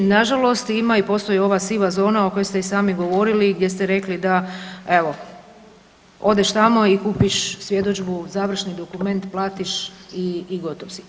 Na žalost ima i postoji ova siva zona o kojoj ste i sami govorili i gdje ste rekli da evo odeš tamo i kupiš svjedodžbu, završni dokument platiš i gotov si.